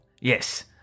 yes